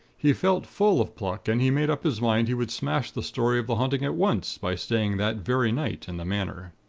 he felt full of pluck, and he made up his mind he would smash the story of the haunting, at once by staying that very night, in the manor.